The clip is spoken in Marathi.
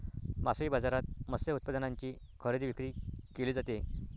मासळी बाजारात मत्स्य उत्पादनांची खरेदी विक्री केली जाते